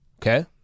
Okay